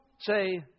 say